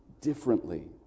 differently